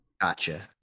Gotcha